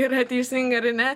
yra teisinga ar ne